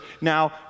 Now